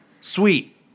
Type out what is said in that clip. sweet